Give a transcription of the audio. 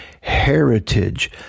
heritage